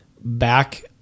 back